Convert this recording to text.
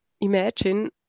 imagine